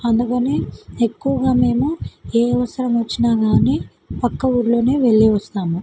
అందుకని ఎక్కువగా మేము ఏ అవసరం వచ్చినా కానీ ప్రక్క ఊళ్ళోనే వెళ్ళి వస్తాము